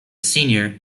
senior